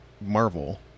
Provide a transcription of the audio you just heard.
Marvel